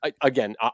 again